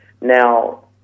Now